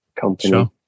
company